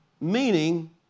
meaning